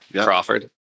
crawford